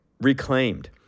Reclaimed